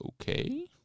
Okay